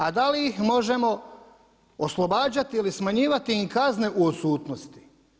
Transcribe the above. A da li ih možemo oslobađati ili smanjivati im kazne u odsutnosti?